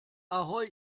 ahoi